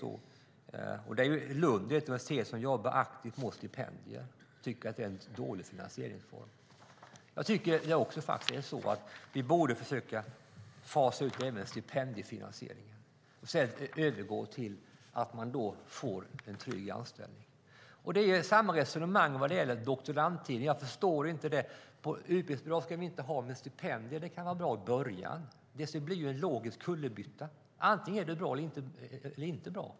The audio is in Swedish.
Lunds universitet jobbar aktivt mot stipendier och tycker att det är en dålig finansieringsform. Jag tycker också att vi borde försöka fasa ut även stipendiefinansieringen och övergå till trygga anställningar. Samma resonemang förs när det gäller doktorandtiden. Jag förstår inte detta. Utbildningsbidrag ska vi inte ha, men stipendier kan tydligen vara bra i början. Det blir en logisk kullerbytta. Antingen är det bra eller så är det inte bra.